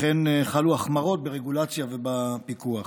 כמו כן חלו החמרות ברגולציה ובפיקוח.